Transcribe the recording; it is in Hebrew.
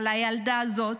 אבל הילדה הזאת,